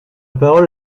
parole